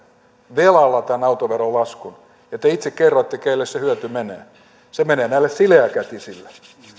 velalla tämän autoveron laskun ja te itse kerroitte kenelle se hyöty menee se menee näille sileäkätisille